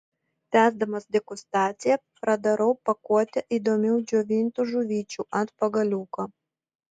tęsdamas degustaciją pradarau pakuotę įdomių džiovintų žuvyčių ant pagaliuko